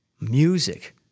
Music